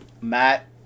Matt